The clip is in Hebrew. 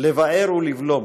לבער ולבלום,